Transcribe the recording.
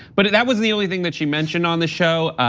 but that was the only thing that she mentioned on the show.